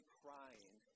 crying